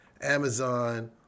Amazon